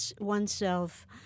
oneself